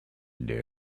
there